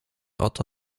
oto